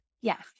Yes